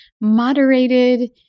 moderated